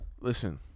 Listen